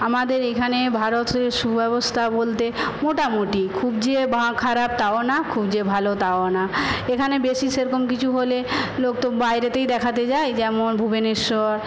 আমাদের এখানে ভারতের সুব্যবস্থা বলতে মোটামুটি খুব যে খারাপ তাও না খুব যে ভালো তাও না এখানে বেশি সেরকম কিছু হলে লোক তো বাইরেতেই দেখতে যায় যেমন ভুবনেশ্বর